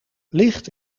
licht